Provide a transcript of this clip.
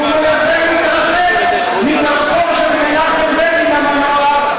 והוא מנסה להתרחק מדרכו של מנחם בגין המנוח,